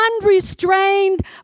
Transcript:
unrestrained